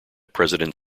president